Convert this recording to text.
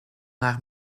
haar